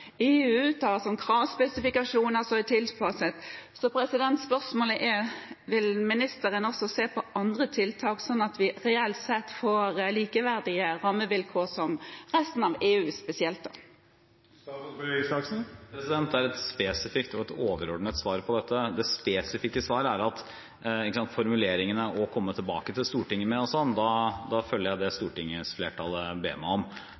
EU har kravspesifikasjoner som er tilpasset. Spørsmålet er: Vil ministeren også se på andre tiltak, slik at vi reelt sett får likeverdige rammevilkår med EU spesielt? Det er ett spesifikt og ett overordnet svar på dette. Det spesifikke svaret er at med formuleringen «komme tilbake til Stortinget» følger jeg det stortingsflertallet ber meg om. Det overordnede svaret er at regjeringens politikk er at Norge skal være konkurransedyktig som maritim nasjon, og ikke bare det